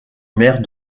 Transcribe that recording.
mère